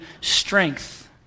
strength